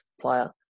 player